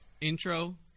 intro